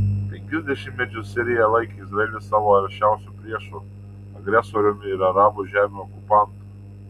penkis dešimtmečius sirija laikė izraelį savo aršiausiu priešu agresoriumi ir arabų žemių okupantu